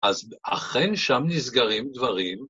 ‫אז אכן שם נסגרים דברים.